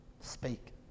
speak